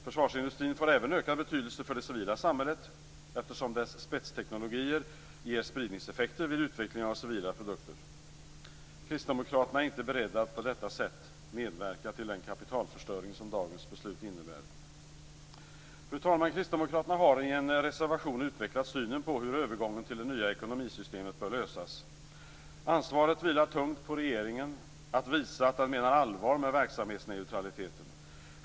Försvarsindustrin får även ökad betydelse för det civila samhället, eftersom dess spetsteknologier ger spridningseffekter vid utveckling av civila produkter. Kristdemokraterna är inte beredda att på detta sätt medverka till den kapitalförstöring som dagens beslut innebär. Fru talman! Kristdemokraterna har i en reservation utvecklat synen på hur övergången till det nya ekonomisystemet bör lösas. Ansvaret vilar tungt på regeringen att visa att den menar allvar med verksamhetsneutraliteten.